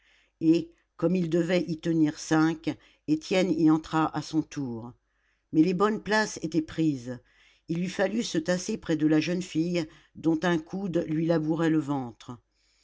et comme ils devaient y tenir cinq étienne y entra à son tour mais les bonnes places étaient prises il lui fallut se tasser près de la jeune fille dont un coude lui labourait le ventre